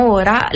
ora